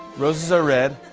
roses are red.